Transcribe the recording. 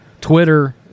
Twitter